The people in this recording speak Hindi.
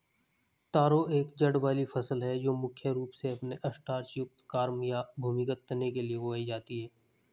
तारो एक जड़ वाली फसल है जो मुख्य रूप से अपने स्टार्च युक्त कॉर्म या भूमिगत तने के लिए उगाई जाती है